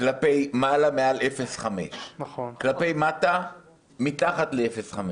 כלפי מעלה מעל 0.5. כלפי מטה מתחת ל-0.5.